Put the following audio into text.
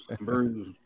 Bruise